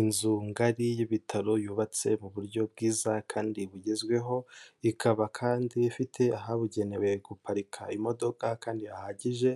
Inzu ngari y'ibitaro yubatse mu buryo bwiza kandi bugezweho, ikaba kandi ifite ahabugenewe guparika imodoka kandi hahagije,